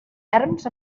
erms